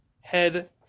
head